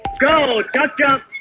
go tuck jumps.